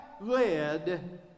led